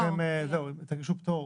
אני הייתי אפילו מציע לכם שתגישו פטור